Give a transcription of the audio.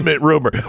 rumor